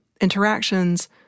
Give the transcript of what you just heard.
interactions